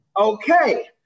okay